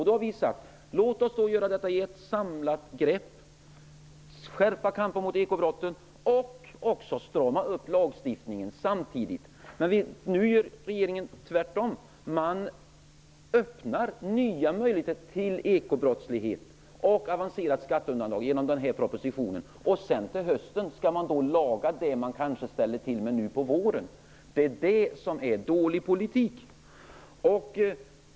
Då har vi sagt: Låt oss då ta ett samlat grepp för att skärpa kampen mot ekobrotten och samtidigt strama upp lagstiftningen. Men nu gör regeringen tvärtom. Genom denna proposition öppnas nya möjligheter till ekobrottslighet och avancerat skatteundandrag. Sedan skall man till hösten laga det som man kanske ställer till med nu på våren. Det är det som är en dålig politik.